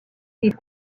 des